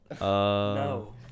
No